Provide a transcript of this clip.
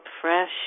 fresh